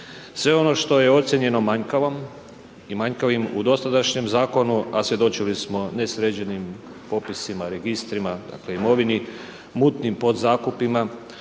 Sve ono što je ocijenjeno manjkavom i manjkavim u dosadašnjem Zakonu, a svjedočili smo nesređenim popisima, registrima, dakle, imovini, mutnim podzakupima,